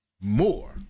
more